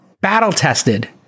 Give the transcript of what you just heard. battle-tested